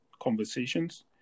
conversations